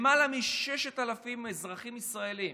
למעלה מ-6,000 אזרחים ישראלים